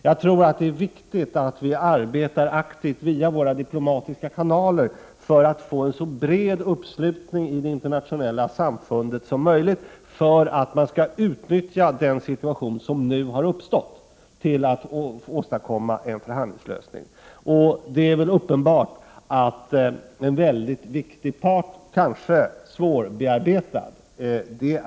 Jag tror att det är viktigt att vi via våra diplomatiska kanaler arbetar aktivt för att få en så bred uppslutning i det internationella samfundet som möjligt för att utnyttja den situation som nu har uppstått och för att åstadkomma en förhandlingslösning. Det är uppenbart att en mycket viktig part, kanske svårbearbetad, är USA.